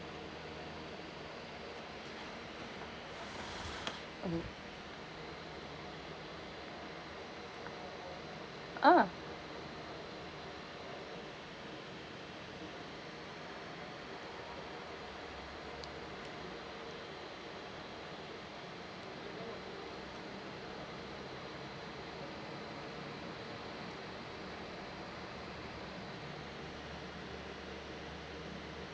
mmhmm uh